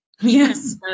Yes